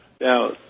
Now